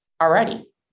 Already